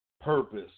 purpose